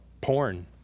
porn